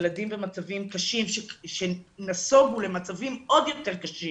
ילדים במצבים קשים שנסוגו למצבים עוד יותר קשים